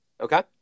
Okay